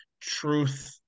truth